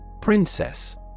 Princess